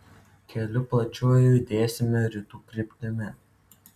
keliu plačiuoju judėsime rytų kryptimi